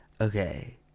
Okay